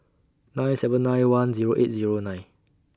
nine seven nine one Zero eight Zero nine